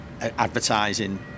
advertising